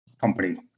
company